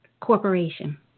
corporation